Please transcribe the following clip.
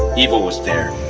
evil was there.